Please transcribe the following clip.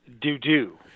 doo-doo